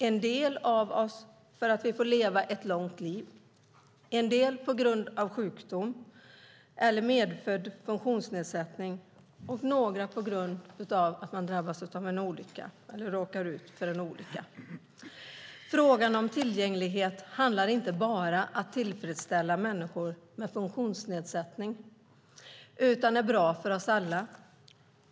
En del av oss drabbas av det för att vi får leva ett långt liv, en del har en medfödd funktionsnedsättning, och några drabbas för att de råkar ut för olycka. Frågan om tillgänglighet handlar inte bara om att tillfredsställa behoven hos människor med funktionsnedsättning utan om sådant som är bra för oss alla.